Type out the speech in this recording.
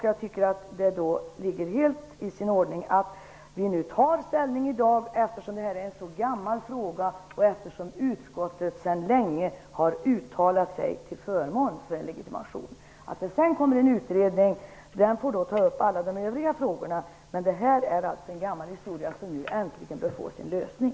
Jag tycker att det är helt i sin ordning att vi tar ställning i dag, eftersom detta är en så gammal fråga och eftersom utskottet sedan länge har uttalat sig till förmån för en legitimation. Den kommande utredningen får sedan behandla alla övriga frågor. Men detta är en gammal historia som nu äntligen bör få sin lösning.